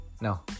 No